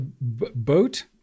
boat